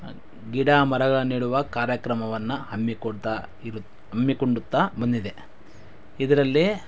ಗಿಡ ಮರಗಳನ್ನು ನೆಡುವ ಕಾರ್ಯಕ್ರಮವನ್ನು ಹಮ್ಮಿಕೊಳ್ತಾ ಇರು ಹಮ್ಮಿಕೊಳ್ಳುತ್ತಾ ಬಂದಿದೆ ಇದರಲ್ಲಿ